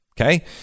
okay